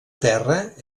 terra